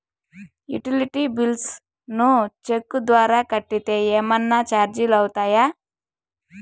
Utility bills ను cheque ద్వారా కట్టితే ఏమన్నా చార్జీలు అవుతాయా?